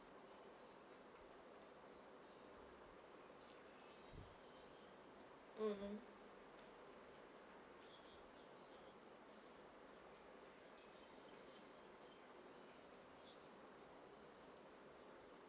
mmhmm